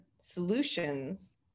solutions